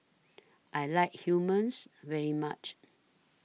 I like Hummus very much